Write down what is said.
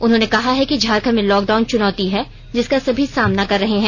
उन्होंने कहा है कि झारखण्ड में लॉकडाउन चूनौती है जिसका सभी सामना कर रहें हैं